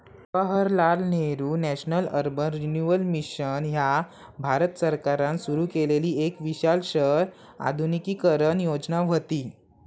Jawaharlal Nehru national urban renewal mission ह्या भारत सरकारान सुरू केलेली एक विशाल शहर आधुनिकीकरण योजना व्हती